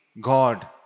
God